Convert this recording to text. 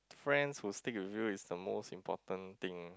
friends who stick with you is the most important thing